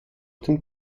den